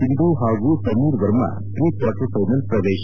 ಸಿಂಧೂ ಹಾಗೂ Sameer Verma pre quarter final ಪ್ರವೇಶ